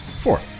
Four